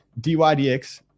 DYDX